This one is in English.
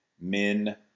men